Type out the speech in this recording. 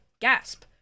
Gasp